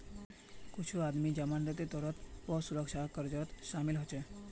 कुछू आदमी जमानतेर तौरत पौ सुरक्षा कर्जत शामिल हछेक